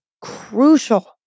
crucial